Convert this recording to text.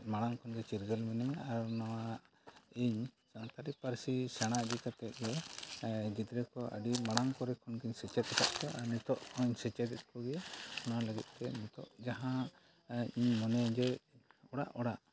ᱢᱟᱲᱟᱝ ᱠᱷᱚᱱᱜᱮ ᱪᱤᱨᱜᱟᱹᱞ ᱢᱤᱱᱟᱹᱧᱟ ᱟᱨ ᱱᱚᱣᱟ ᱤᱧ ᱟᱨᱠᱟᱹᱴᱤᱡ ᱯᱟᱨᱥᱤ ᱥᱮᱬᱟ ᱤᱫᱤ ᱠᱟᱛᱮᱫᱼᱜᱮ ᱜᱤᱫᱽᱨᱟᱹ ᱠᱚ ᱟᱹᱰᱤ ᱢᱟᱲᱟᱝ ᱠᱚᱨᱮ ᱠᱷᱚᱱ ᱜᱤᱧ ᱥᱮᱪᱮᱫ ᱟᱠᱟᱫ ᱠᱚᱣᱟ ᱱᱤᱛᱳᱜ ᱤᱧ ᱥᱮᱪᱮᱫᱮᱫ ᱠᱚᱜᱮᱭᱟ ᱚᱱᱟ ᱞᱟᱹᱜᱤᱫᱼᱛᱮ ᱱᱤᱛᱳᱜ ᱡᱟᱦᱟᱸ ᱟᱨ ᱤᱧ ᱢᱚᱱᱮᱭᱮᱫᱟᱹᱧ ᱚᱲᱟᱜ ᱚᱲᱟᱜ